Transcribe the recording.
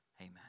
amen